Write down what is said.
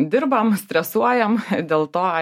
dirbam stresuojam dėl to